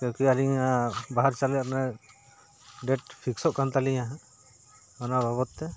ᱠᱤᱭᱩᱠᱤ ᱟᱹᱞᱤᱧᱟᱜ ᱵᱟᱦᱟᱨ ᱪᱟᱞᱟᱜ ᱰᱮᱴ ᱯᱷᱤᱠᱥᱚᱜ ᱠᱟᱱ ᱛᱟᱹᱞᱤᱧᱟᱹ ᱦᱟᱸᱜ ᱚᱱᱟ ᱵᱟᱵᱚᱛ ᱛᱮ